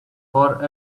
for